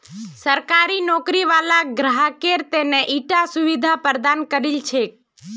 सरकारी नौकरी वाला ग्राहकेर त न ईटा सुविधा प्रदान करील छेक